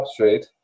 substrate